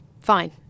fine